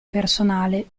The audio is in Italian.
personale